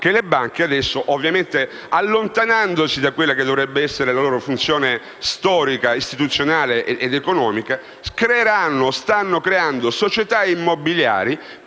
che le banche adesso, allontanandosi da quella che dovrebbe essere la loro funzione storica, istituzionale ed economica, stiano creando società immobiliari